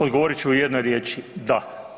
Odgovorit ću u jednoj riječi, da.